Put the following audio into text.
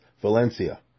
Valencia